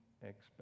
expect